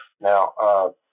Now